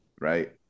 right